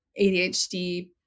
ADHD